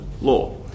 law